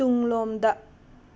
ꯇꯨꯡꯂꯣꯝꯗ